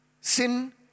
sin